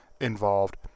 involved